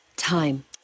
Time